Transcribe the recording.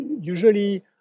usually